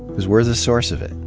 because we're the source of it.